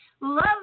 Love